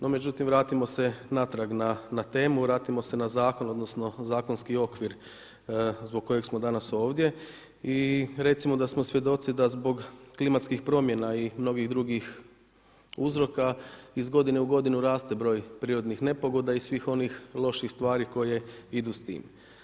No međutim vratimo se natrag na temu, vratimo se na zakon, odnosno zakonski okvir zbog kojeg smo danas ovdje i recimo da smo svjedoci da zbog klimatskih promjena i mnogih drugih uzroka iz godine u godinu raste broj prirodnih nepogoda i svih onih loših stvari koje idu s tim.